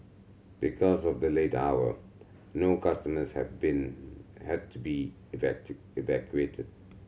because of the late hour no customers have been had to be evacuated